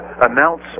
announce